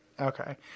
Okay